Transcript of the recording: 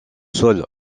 sol